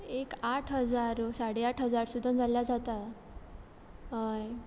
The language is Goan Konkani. एक आठ हजार वो साडे आठ हजार सुद्दां जाल्यार जाता हय